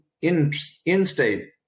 in-state